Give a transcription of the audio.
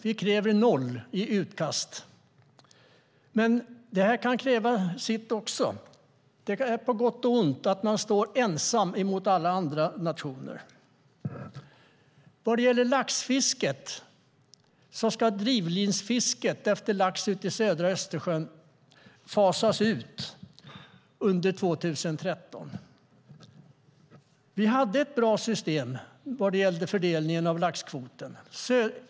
Vi kräver noll utkast, men det är på gott och ont eftersom vi står ensamma mot alla andra nationer. När det gäller laxfisket ska drivlinsfisket efter lax i södra Östersjön fasas ut under 2013. Vi hade ett bra system för fördelningen av laxkvoterna.